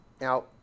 Now